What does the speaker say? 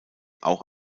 auch